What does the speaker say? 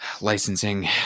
licensing